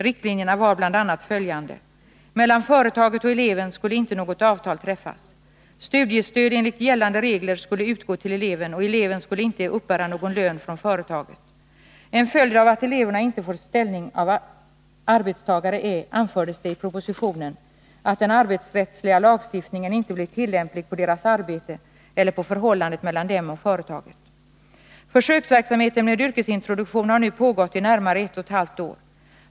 Riktlinjerna var bl.a. följande: Mellan företaget och eleven skulle inte något avtal träffas. Studiestöd enligt gällande regler skulle utgå till eleven, och eleven skulle inte uppbära någon lön från företaget. En följd av att eleverna inte får ställning av arbetstagare är, anfördes det i propositionen, att den arbetsrättsliga lagstiftningen inte blir tillämplig på deras arbete eller på förhållandet mellan dem och företaget . Försöksverksamheten med yrkesintroduktion har nu pågått i närmare ett och ett halvt år.